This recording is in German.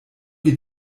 wie